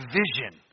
vision